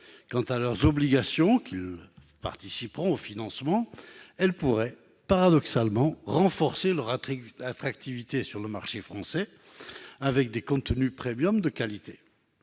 Quant à leurs obligations de participation au financement, elles pourraient paradoxalement renforcer leur attractivité sur le marché français, grâce à des contenus premiums de qualité.